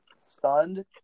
stunned